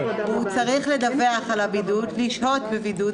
הוא צריך לדווח על הבידוד, לשהות בבידוד.